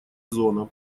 зона